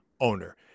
owner